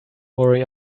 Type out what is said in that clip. worry